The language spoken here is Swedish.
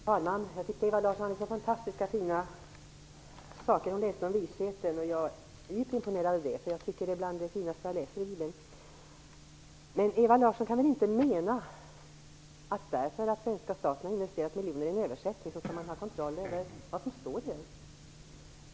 Herr talman! Jag tyckte att Ewa Larsson hade fantastiskt fina saker att säga om visheten. Jag tycker att det är bland det finaste jag läser i Bibeln. Ewa Larsson kan väl inte mena att därför att den svenska staten har investerat flera miljoner i en översättning av ett verk skall man ha kontroll över det. Jag förstår inte det.